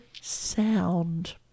sound